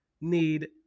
need